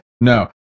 no